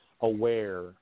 aware